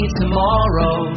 tomorrow